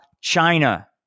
China